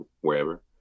wherever